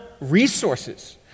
resources